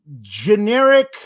generic-